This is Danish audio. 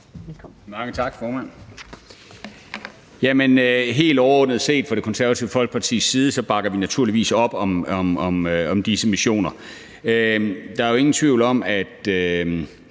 helt overordnet bakker vi fra Det Konservative Folkepartis side naturligvis op om disse missioner. Der er jo ingen tvivl om, at